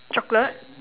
chocolate